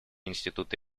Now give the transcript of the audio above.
институты